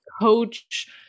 coach